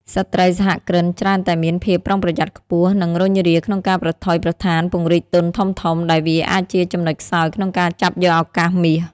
ស្ត្រីសហគ្រិនច្រើនតែមានភាពប្រុងប្រយ័ត្នខ្ពស់ និងរុញរាក្នុងការប្រថុយប្រថានពង្រីកទុនធំៗ ដែលវាអាចជាចំណុចខ្សោយក្នុងការចាប់យកឱកាសមាស។